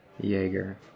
Jaeger